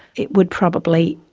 it would probably,